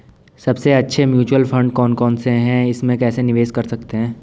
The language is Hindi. सबसे अच्छे म्यूचुअल फंड कौन कौनसे हैं इसमें कैसे निवेश कर सकते हैं?